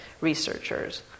researchers